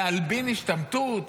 להלבין השתמטות?